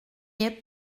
est